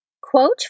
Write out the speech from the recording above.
Quote